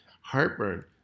heartburn